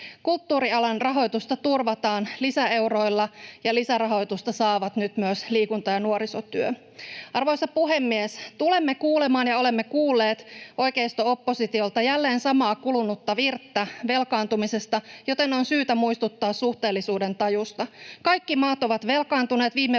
Kulttuurialan rahoitusta turvataan lisäeuroilla, ja lisärahoitusta saavat nyt myös liikunta ja nuorisotyö. Arvoisa puhemies! Tulemme kuulemaan ja olemme kuulleet oikeisto-oppositiolta jälleen samaa kulunutta virttä velkaantumisesta, joten on syytä muistuttaa suhteellisuudentajusta. Kaikki maat ovat velkaantuneet viime vuosien